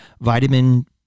vitamin